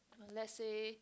let's say